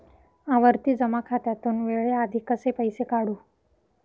आवर्ती जमा खात्यातून वेळेआधी कसे पैसे काढू?